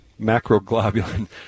macroglobulin